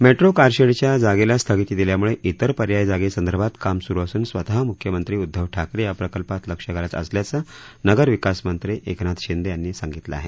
metro कारशेडच्या जागेला स्थगिती दिल्यामुळे त्र पर्यायी जागेसंदर्भात काम सुरु असून स्वतः मुख्यमंत्री उद्दव ठाकरे या प्रकल्पात लक्ष घालत असल्याचं नगरविकास मंत्री एकनाथ शिंदे यांनी सांगितलं आहे